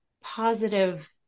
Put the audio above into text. positive